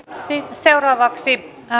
seuraavaksi